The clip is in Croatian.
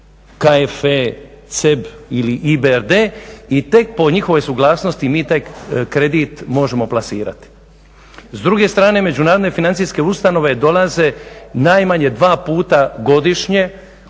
KFE, CEB ili EBRD i tek po njihovoj suglasnosti mi taj kredit možemo plasirati. S druge strane, međunarodne financijske ustanove dolaze najmanje dva puta godišnje